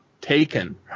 taken